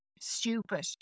stupid